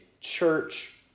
church